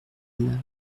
mes